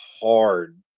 hard